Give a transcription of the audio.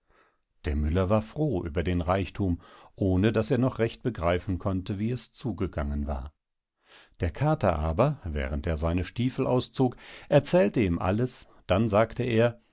der müller war froh über den reichthum ohne daß er noch recht begreifen konnte wie es zugegangen war der kater aber während er seine stiefel auszog erzählte ihm alles dann sagte er